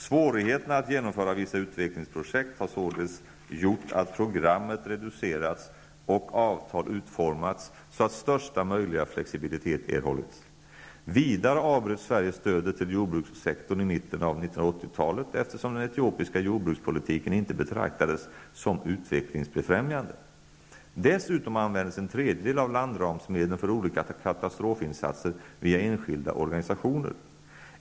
Svårigheterna att genomföra vissa utvecklingsprojekt har således gjort att programmet reducerats och avtal utformats så att största möjliga flexibilitet erhållits. Vidare avbröt 1980-talet, eftersom den etiopiska jordbrukspolitiken inte betraktades som utvecklingsbefrämjande. Dessutom används en tredjedel av landramsmedlen för olika katastrofinsatser via enskilda organisationer.